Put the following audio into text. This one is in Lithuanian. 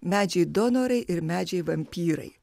medžiai donorai ir medžiai vampyrai